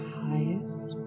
highest